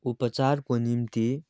उपचारको निम्ति